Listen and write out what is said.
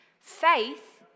Faith